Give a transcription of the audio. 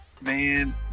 man